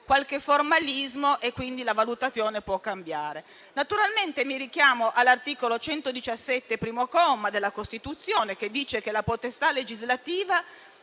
qualche formalismo e anche la valutazione può cambiare. Naturalmente, mi richiamo all'articolo 117, primo comma, della Costituzione, secondo il quale la potestà legislativa